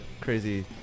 crazy